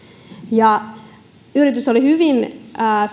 yritys oli hyvin